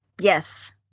Yes